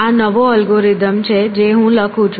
આ નવો અલ્ગોરિધમ છે જે હું લખું છું